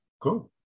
Cool